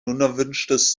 unerwünschtes